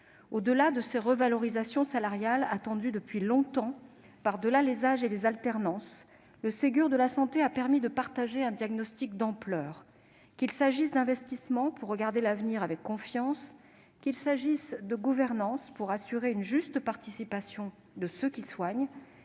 Au-delà de ces revalorisations salariales, attendues depuis longtemps, par-delà les âges et les alternances, le Ségur de la santé a permis de partager un diagnostic d'ampleur. Qu'il s'agisse d'investissements pour regarder l'avenir avec confiance, qu'il s'agisse de gouvernance pour assurer une juste participation de ceux qui soignent,